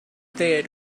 there